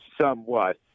somewhat